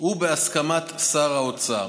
ובהסכמת שר האוצר.